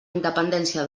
independència